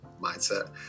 mindset